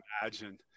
imagine